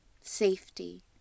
safety